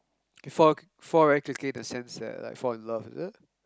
k fall fall very quickly in the sense that like fall in love is it